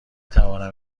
توانم